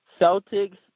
Celtics